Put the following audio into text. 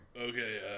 Okay